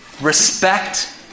respect